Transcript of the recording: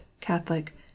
Catholic